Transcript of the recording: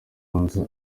nzu